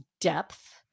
depth